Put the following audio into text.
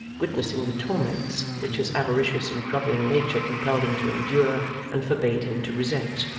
witnessing the torments which his avaricious and grovelling nature compelled him to endure and forbade him to resent.